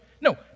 No